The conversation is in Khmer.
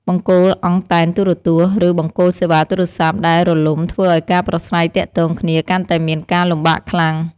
បង្គោលអង់តែនទូរទស្សន៍ ឬបង្គោលសេវាទូរស័ព្ទដែលរលំធ្វើឱ្យការប្រស្រ័យទាក់ទងគ្នាកាន់តែមានការលំបាកខ្លាំង។